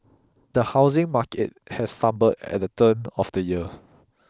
the housing market has stumbled at the turn of the year